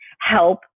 help